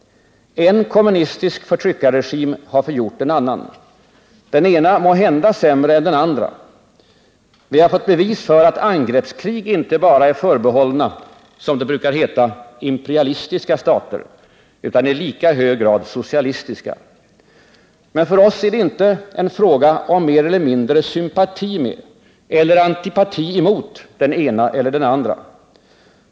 En kommunistisk förtryckarregim har förgjort en annan — den ena måhända sämre än den andra. Vi har fått bevis för att angreppskrig inte bara är förbehållna — som det brukar heta — imperialistiska stater utan i lika hög grad socialistiska. Men för oss är det inte en fråga om mer eller mindre sympati med eller antipati mot den ena eller andra.